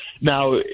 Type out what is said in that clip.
Now